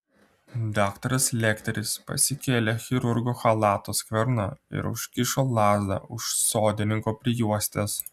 daktaras lekteris pasikėlė chirurgo chalato skverną ir užkišo lazdą už sodininko prijuostės